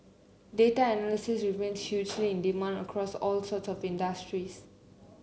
data analysts remain hugely in demand across all sort of industries